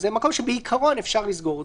זה מקום שבעיקרון אפשר לסגור.